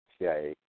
CIA